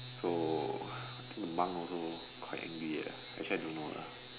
so I think the monk also quite angry ah actually I don't know lah